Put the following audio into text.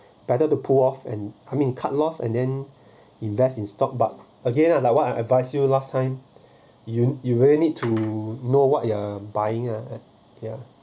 better to pull off and I mean cut loss and then invest in stock but again like what I advise you last time you you really need to know what you are buying ah ya